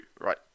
right